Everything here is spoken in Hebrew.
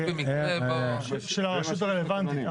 במקרה --- של הרשות הרלוונטית,